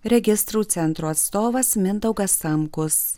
registrų centro atstovas mindaugas samkus